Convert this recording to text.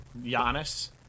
Giannis